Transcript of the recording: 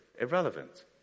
irrelevant